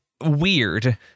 weird